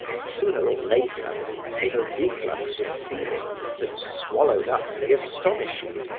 sooner or later came a reflux of feeling that swallowed up the astonishment,